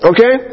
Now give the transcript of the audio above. Okay